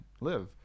live